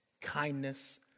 kindness